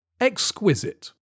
exquisite